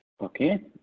Okay